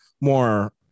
more